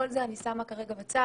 את כל זה אני שמה כרגע בצד.